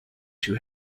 two